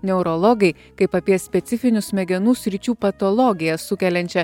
neurologai kaip apie specifinių smegenų sričių patologiją sukeliančią